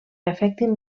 afectin